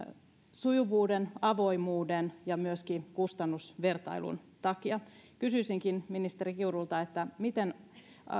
sujuvuuden avoimuuden ja myöskin kustannusvertailun takia kysyisinkin ministeri kiurulta